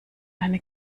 eine